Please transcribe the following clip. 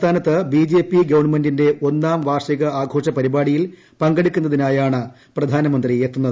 സംസ്ഥാനത്ത് B J P ഗവൺമെന്റിന്റെ ഒന്നാം വാർഷിക ആഘോഷ പരിപാടിയിൽ പങ്കെടുക്കുന്നതിനാണ് പ്രധാനമന്ത്രി എത്തുന്നത്